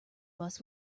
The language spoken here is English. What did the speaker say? bus